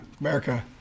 America